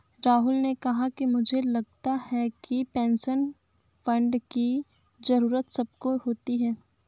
राहुल ने कहा कि मुझे लगता है कि पेंशन फण्ड की जरूरत सबको होती है